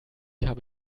habe